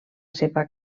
seva